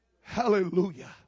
Hallelujah